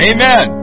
Amen